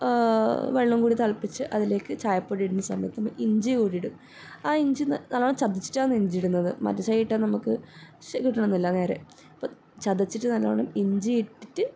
വെള്ളവും കൂടി തെളപ്പിച്ച് അതിലേക്ക് ചായപ്പൊടി ഇടുന്ന സമയത്ത് ഇഞ്ചി കൂടി ഇടും ആ ഇഞ്ചി നല്ലോണം ചതച്ചിട്ടാണ് ഇഞ്ചി ഇടുന്നത് മറ്റേച്ചായി ഇട്ടാൽ നമുക്ക് ശരിക്ക് കിട്ടണമെന്നില്ല നേരെ അപ്പോൾ ചതച്ചിട്ട് നല്ലോണം ഇഞ്ചി ഇട്ടിട്ട്